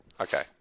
Okay